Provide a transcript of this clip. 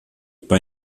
bei